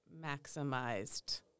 maximized